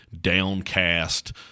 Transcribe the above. downcast